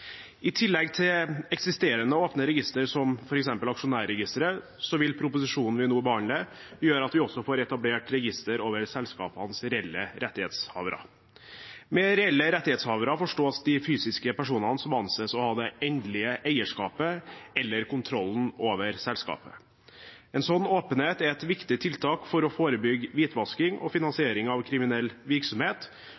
I tillegg til eksisterende åpne registre, som f.eks. aksjonærregisteret, vil proposisjonen vi nå behandler, gjøre at vi også får etablert et register over selskapenes reelle rettighetshavere. Med reelle rettighetshavere forstås de fysiske personene som anses å ha det endelige eierskapet eller kontrollen over selskapet. En sånn åpenhet er et viktig tiltak for å forebygge hvitvasking og